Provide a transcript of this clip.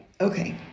Okay